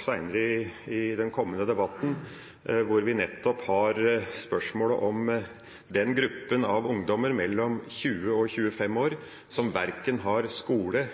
seinere, i en kommende debatt, inn på en sak hvor det nettopp er spørsmål om den gruppa av ungdommer mellom 20 og 25 år som verken har skole